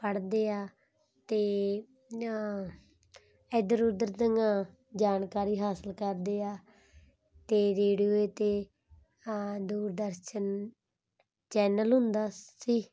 ਪੜ੍ਹਦੇ ਆ ਅਤੇ ਇੱਧਰ ਉੱਧਰ ਦੀਆਂ ਜਾਣਕਾਰੀ ਹਾਸਿਲ ਕਰਦੇ ਆ ਅਤੇ ਰੇਡੀਓ 'ਤੇ ਆ ਦੂਰਦਰਸ਼ਨ ਚੈਨਲ ਹੁੰਦਾ ਸੀ